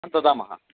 ददामः